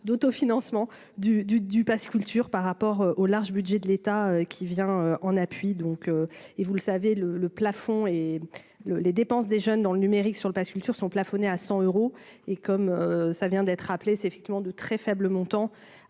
d'autofinancement du du du Pass culture par. Au large, budget de l'État qui vient en appui, donc, et vous le savez le le plafond et le les dépenses des jeunes dans le numérique sur le Pass culture sont plafonnés à 100 euros et comme ça vient d'être rappelé, c'est effectivement de très faible montant à